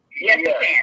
Yes